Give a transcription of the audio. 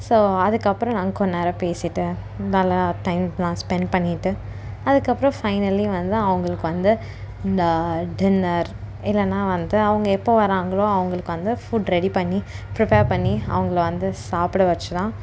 so அதுக்கப்புறம் நாங்கள் கொஞ்ச நேரம் பேசிவிட்டு நல்லா டைமெலாம் ஸ்பெண்ட் பண்ணிவிட்டு அதுக்கப்புறம் ஃபைனலி வந்து அவங்களுக்கு வந்து இந்த டின்னர் இல்லைன்னா வந்து அவங்க எப்போ வராங்களோ அவங்களுக்கு வந்து ஃபுட் ரெடி பண்ணி ப்ரிப்பேர் பண்ணி அவங்கள வந்து சாப்பிட வச்சுதான்